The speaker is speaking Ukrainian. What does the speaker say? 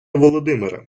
володимире